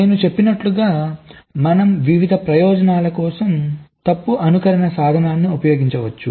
నేను చెప్పినట్లుగా మనం వివిధ ప్రయోజనాల కోసం తప్పు అనుకరణ సాధనాన్ని ఉపయోగించవచ్చు